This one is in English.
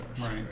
Right